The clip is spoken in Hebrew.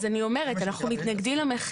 אם יש חקירה --- אז אני אומרת: אנחנו מתנגדים למחיקה,